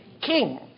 King